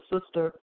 sister